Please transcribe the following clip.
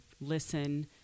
listen